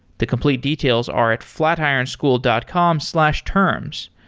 the complete details are at flatironschool dot com slash terms.